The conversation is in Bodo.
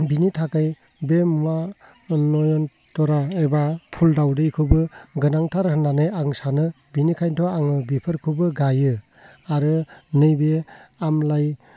बिनि थाखाय बे मुवा नयनतरा एबा फुल दावदैखौबो गोनांथार होननानै आं सानो बिनखायनोथ' आङो बिफोरखौबो गायो आरो नैबे आमलाइआबो